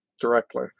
directly